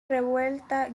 revuelta